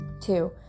Two